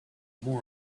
more